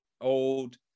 old